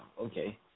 okay